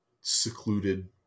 secluded